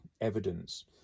evidence